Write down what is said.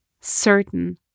certain